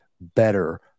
better